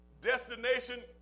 Destination